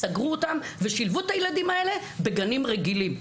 סגרו אותם ושילבו את הילדים האלה בגנים רגילים.